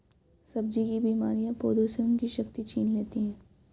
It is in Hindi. सब्जी की बीमारियां पौधों से उनकी शक्ति छीन लेती हैं